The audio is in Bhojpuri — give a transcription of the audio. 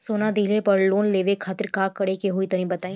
सोना दिहले पर लोन लेवे खातिर का करे क होई तनि बताई?